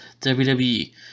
WWE